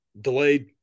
delayed